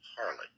Harley